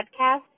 podcast